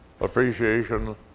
appreciation